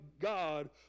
God